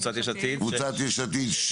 לקבוצת יש עתיד יש